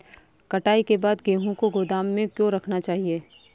कटाई के बाद गेहूँ को गोदाम में क्यो रखना चाहिए?